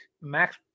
Max